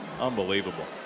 Unbelievable